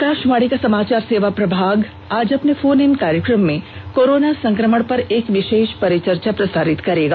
आकाशवाणी का समाचार सेवा प्रभाग आज अपने फोन इन कार्यक्रम में कोरोना संक्रमण पर एक विशेष परिचर्चा प्रसारित करेगा